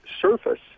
surface